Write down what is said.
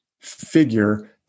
figure